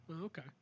Okay